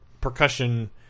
percussion